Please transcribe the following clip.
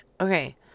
Okay